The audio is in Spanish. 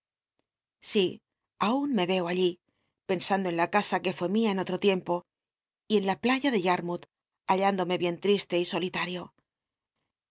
si aun me reo allí pensando en la cas l que fué mia en otro tiempo y en la playa de yarmouth hallándome bien ttiste y solitario